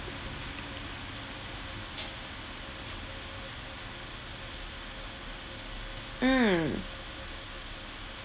mm